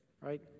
right